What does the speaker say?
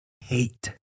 hate